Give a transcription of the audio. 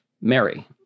Mary